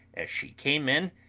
as she came in,